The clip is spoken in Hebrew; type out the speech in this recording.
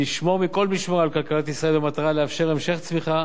ונשמור מכל משמר על כלכלת ישראל במטרה לאפשר המשך צמיחה,